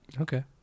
Okay